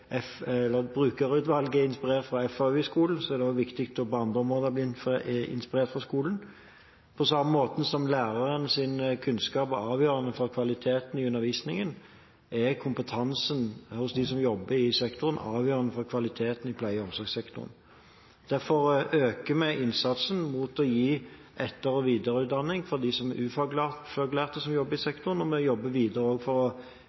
viktig på andre områder å bli inspirert av skolen. På samme måte som lærernes kunnskap er avgjørende for kvaliteten i undervisningen, er kompetansen hos dem som jobber i sektoren, avgjørende for kvaliteten i pleie- og omsorgssektoren. Derfor øker vi innsatsen mot å gi etter- og videreutdanning for dem som er ufaglært som jobber i sektoren, og vi jobber videre for å